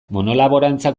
monolaborantzak